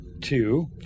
Two